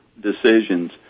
decisions